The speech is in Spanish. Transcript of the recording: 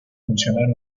funcionar